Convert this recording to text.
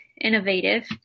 innovative